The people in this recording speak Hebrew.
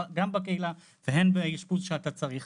גם בקהילה והן אשפוז שאתה צריך,